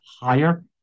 higher